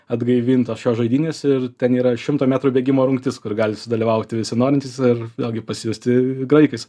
atgaivintos šios žaidynės ir ten yra šimto metrų bėgimo rungtis kur gali sudalyvauti visi norintys ir vėlgi pasijusti graikais